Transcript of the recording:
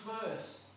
first